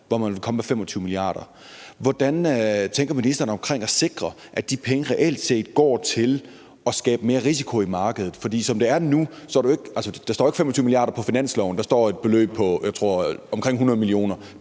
hvor man vil komme med 25 mia. kr. Hvordan tænker ministeren man kan sikre at de penge reelt set går til at skabe mere risiko i markedet? For som det er nu, står der jo ikke 25 mia. kr. på finansloven. Der står et beløb på omkring, jeg tror,